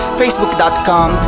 facebook.com